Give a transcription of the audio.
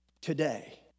today